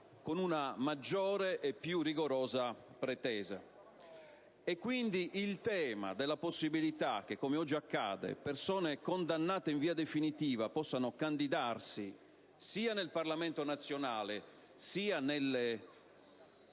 con una maggiore e più rigorosa pretesa. Quindi, il tema della possibilità che, come oggi accade, persone condannate in via definitiva, possano candidarsi sia nel Parlamento nazionale sia nelle